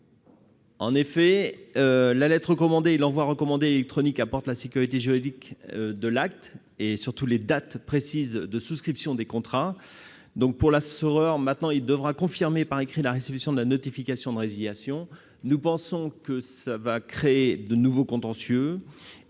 eux. La lettre recommandée et l'envoi recommandé électronique apportent la sécurité juridique de l'acte, s'agissant surtout des dates précises de souscription des contrats. L'assureur devra maintenant confirmer par écrit la réception de la notification de résiliation : cela créera de nouveaux contentieux